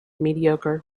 mediocre